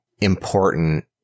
important